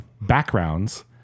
backgrounds